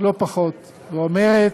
לא פחות, והיא אומרת: